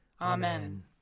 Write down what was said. Amen